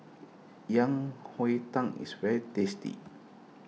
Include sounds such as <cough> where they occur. Yang <unintelligible> Tang is very tasty